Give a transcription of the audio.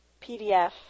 PDF